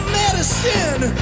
medicine